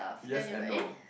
yes and no